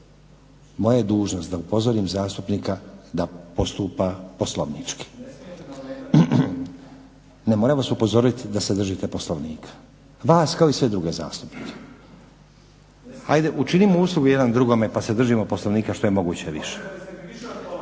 moja je dužnost da upozorim zastupnika da postupa poslovnički. Ne, moram vas upozoriti da se držite Poslovnika, vas kao i sve druge zastupnike. Ajde učinimo uslugu jedan drugome pa se držimo Poslovnika što je moguće više.